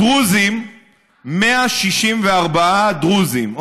דרוזים, 164 דרוזים.